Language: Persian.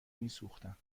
میسوختم